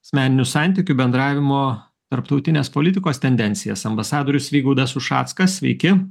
asmeninių santykių bendravimo tarptautinės politikos tendencijas ambasadorius vygaudas ušackas sveiki